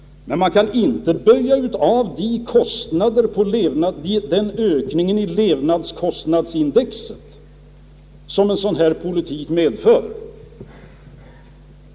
Men man kan inte böja av den ökning i levnadskostnadsindex som en sådan politik medför.